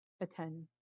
attend